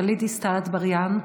גלית דיסטל אטבריאן,